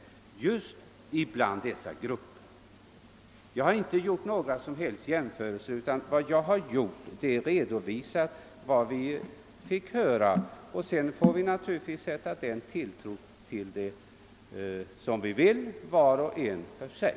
Jag här alltså inte gjort några som helst jämförelser; vad jag har gjort är att jag hår redovisat vad vi fick höra. Sedan får vi naturligtvis sätta den tilltro till detta som vi vill, var och en för sig.